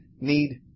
need